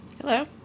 Hello